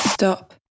Stop